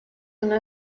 una